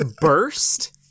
burst